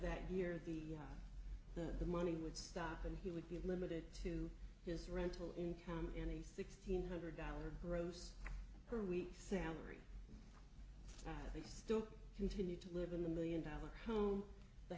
that year the that the money would stop and he would be limited to his rental income any sixteen hundred dollar gross her week's salary as he still continued to live in the million dollar home the